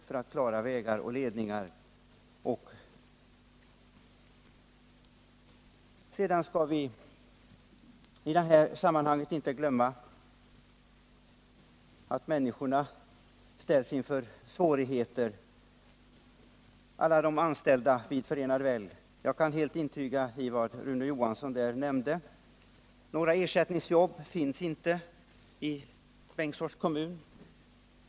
Sedan skall vi i detta sammanhang inte glömma bort människorna, att alla de anställda vid Förenade Well ställs inför stora svårigheter om en nedläggning sker. Jag kan intyga riktigheten i vad Rune Johansson nämnde i det avseendet. Några ersättningsjobb finns inte i Billingsfors kommun.